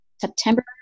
September